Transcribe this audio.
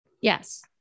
Yes